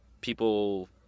people